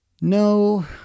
No